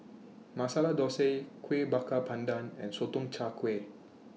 Masala Thosai Kuih Bakar Pandan and Sotong Char Kway